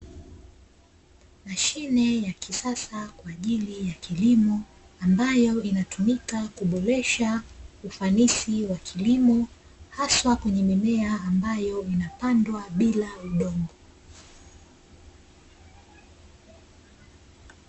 Mashine ya kisasa kwa ajili ya kilimo ambayo inatumika kuboresha ufanisi wa kilimo, hasa kwenye mimea inayopandwa bila udongo.